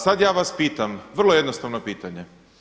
Sad ja vas pitam vrlo jednostavno pitanje.